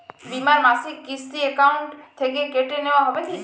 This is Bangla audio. বিমার মাসিক কিস্তি অ্যাকাউন্ট থেকে কেটে নেওয়া হবে কি?